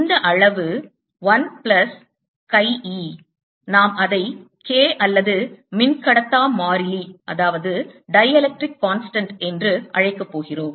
இந்த அளவு 1 plus chi e நாம் அதை K அல்லது மின்கடத்தா மாறிலி என்று அழைக்கப் போகிறோம்